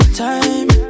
time